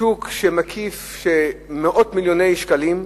שוק שמקיף מאות מיליוני שקלים,